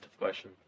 question